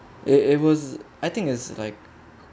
it it was I think is like